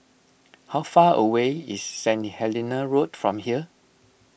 how far away is Saint Helena Road from here